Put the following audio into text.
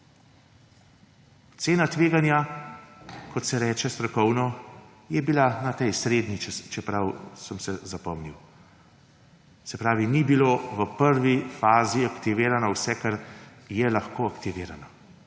Cena tveganja, kot se reče strokovno, je bila na tej srednji, če sem si prav zapomnil. Se pravi, da ni bilo v prvi fazi aktivirano vse, kar bi lahko bilo aktivirano.